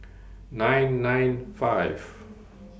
nine nine five